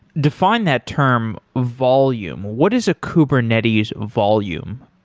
define that term volume. what is a kubernetes volume?